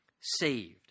saved